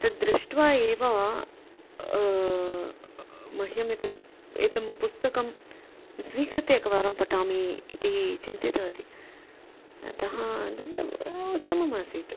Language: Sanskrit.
तद्दृष्ट्वा एव मह्यम् एतद् एतद् पुस्तकं स्वीकृत्य एकवारं पठामि इति चिन्तितवती अतः तद् उत्तमम् आसीत्